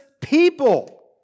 people